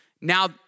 Now